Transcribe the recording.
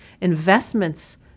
Investments